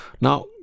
Now